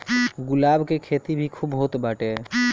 गुलाब के खेती भी खूब होत बाटे